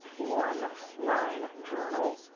one line journal.